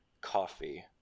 coffee